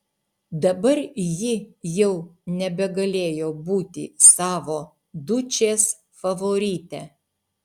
dabar ji jau nebegalėjo būti savo dučės favorite